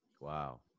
wow